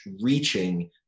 reaching